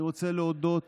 אני רוצה להודות